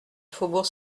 faubourg